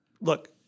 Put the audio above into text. look